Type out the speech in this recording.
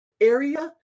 area